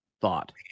thought